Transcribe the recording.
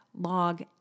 log